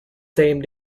same